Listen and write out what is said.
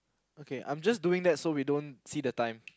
okay I'm just doing that so we don't see the time